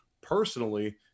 Personally